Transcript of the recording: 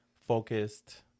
focused